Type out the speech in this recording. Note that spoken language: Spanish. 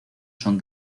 son